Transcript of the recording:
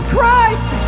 Christ